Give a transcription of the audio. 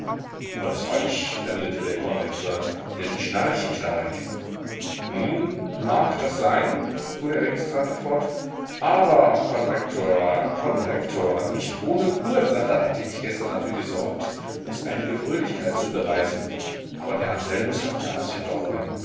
das war ich erwiderte der konrektor denn ich schnarche stark nun mag das sein fuhr der registrator fort aber konrektor konrektor nicht ohne ursache hatte ich gestern dafür gesorgt uns einige fröhlichkeit zu bereiten aber der anselmus hat mir alles verdorben